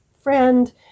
friend